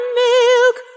milk